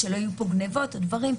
פה מציאות הולכת בכיוון אחד,